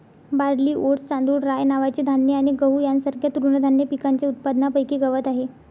barley, oats, तांदूळ, rye नावाचे धान्य आणि गहू यांसारख्या तृणधान्य पिकांच्या उत्पादनापैकी गवत आहे